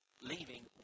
Leaving